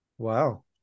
Wow